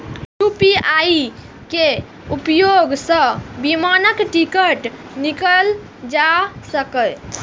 UPI के उपयोग सं विमानक टिकट कीनल जा सकैए